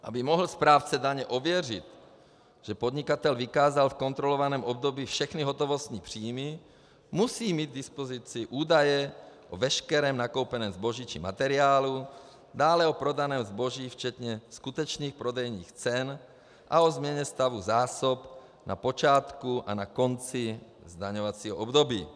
Aby mohl správce daně ověřit, že podnikatel vykázal v kontrolovaném období všechny hotovostní příjmy, musí mít k dispozici údaje o veškerém nakoupeném zboží či materiálu, dále o prodaném zboží včetně skutečných prodejních cen a o změně stavu zásob na počátku a na konci zdaňovacího období.